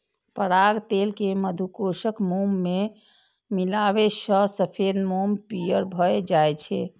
पराग तेल कें मधुकोशक मोम मे मिलाबै सं सफेद मोम पीयर भए जाइ छै